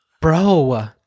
Bro